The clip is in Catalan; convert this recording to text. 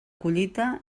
collita